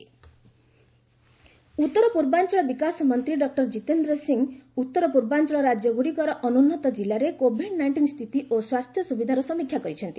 ସେଶ୍ଚର north east ଉତ୍ତର ପୂର୍ବାଞ୍ଚଳ ବିକାଶ ମନ୍ତ୍ରୀ ଡକ୍ଟର କିତେନ୍ଦ୍ର ସିଂହ ଉତ୍ତର ପୂର୍ବାଞ୍ଚଳ ରାଜ୍ୟ ଗୁଡ଼ିକର ଅନୁନ୍ନତ ଜିଲ୍ଲାରେ କୋଭିଡ ନାଇକ୍ଷିନ୍ ସ୍ଥିତି ଓ ସ୍ୱାସ୍ଥ୍ୟ ସୁବିଧାର ସମୀକ୍ଷା କରିଛନ୍ତି